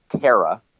Tara